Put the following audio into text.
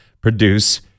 produce